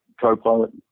co-pilot